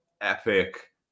epic